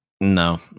No